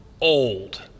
old